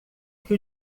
que